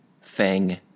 Fang